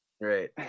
Right